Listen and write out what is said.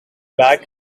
back